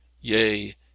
yea